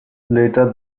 later